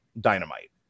Dynamite